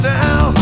now